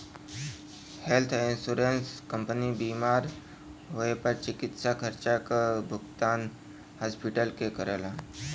health insurance company बीमार होए पर चिकित्सा खर्चा क भुगतान हॉस्पिटल के करला